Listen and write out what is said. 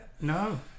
No